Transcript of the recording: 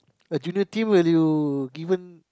a junior team will you given